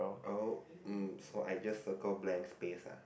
oh mm so I just circle blank space uh